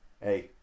hey